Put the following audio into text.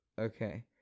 Okay